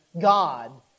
God